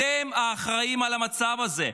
אתם האחראים למצב הזה.